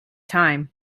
time